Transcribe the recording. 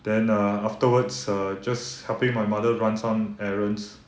then err afterwards err just helping my mother run some errands